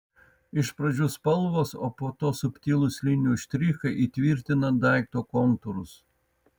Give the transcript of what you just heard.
iš pradžių spalvos o po to subtilūs linijų štrichai įtvirtina daikto kontūrus